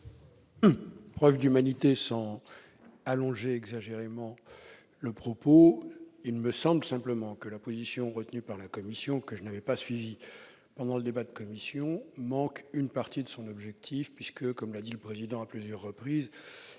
montre d'humanité sans allonger exagérément le propos. Il me semble simplement que la position retenue par la commission, que je n'avais pas suivie pendant le débat de commission, manque une partie de son objectif. En effet, comme l'a dit le président Bas à plusieurs reprises,